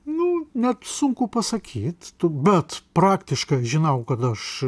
nu net sunku pasakyt bet praktiškai žinau kad aš